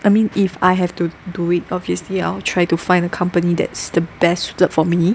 I mean if I have to do it obviously I'll try to find the company that's the best suited for me